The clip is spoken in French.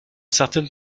certaines